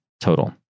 total